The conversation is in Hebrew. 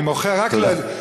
אני מוחה רק, תודה.